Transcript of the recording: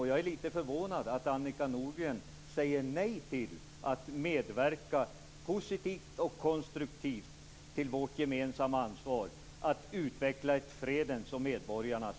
Jag är litet förvånad att Annika Nordgren säger nej till att medverka positivt och konstruktivt till vårt gemensamma ansvar att utveckla ett fredens och medborgarnas